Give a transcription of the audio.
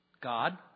God